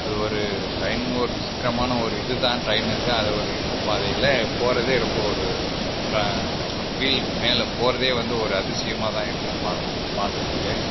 அது ஒரு டிரெயின் ஒரு விசித்திரமான ஒரு இதுதான் டிரெயின் இருக்கும் அது ஒரு இருப்புப் பாதையில் போகிறதே ரொம்ப ஒரு அந்த வீல் மேலே போகிறதே வந்து ஒரு அதிசியமாகதான் இருக்கும் பார்க்கும் பாக்கிறதுக்கே